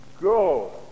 Go